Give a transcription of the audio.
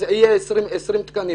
אז יהיה עוד 20 תקנים,